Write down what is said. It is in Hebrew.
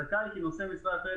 נושאי המשרה לא